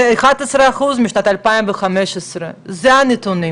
וירידה של 11 אחוזים משנת 2015. אלה הם הנתונים,